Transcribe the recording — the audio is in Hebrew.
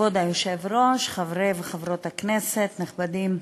כבוד היושב-ראש, חברי וחברות הכנסת נכבדים,